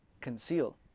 conceal